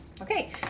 Okay